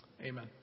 Amen